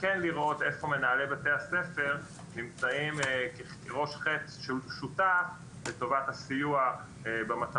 וכן לראות איך מנהלי בתי הספר נמצאים כראש חץ שותף לטובת הסיוע במטרות